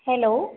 hello